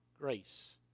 grace